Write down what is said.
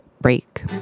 break